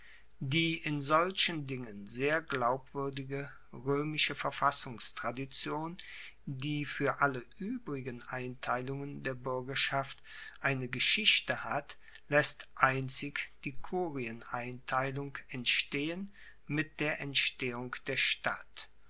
die in solchen dingen sehr glaubwuerdige roemische verfassungstradition die fuer alle uebrigen einteilungen der buergerschaft eine geschichte hat laesst einzig die kurieneinteilung entstehen mit der entstehung der stadt